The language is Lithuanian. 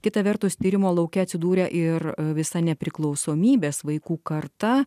kita vertus tyrimo lauke atsidūrė ir visa nepriklausomybės vaikų karta